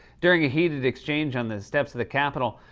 during a heated exchange on the steps of the capitol,